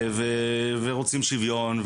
ורוצים שיוויון,